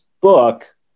book